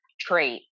trait